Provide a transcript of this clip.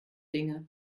dinge